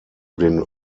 den